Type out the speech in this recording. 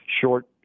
short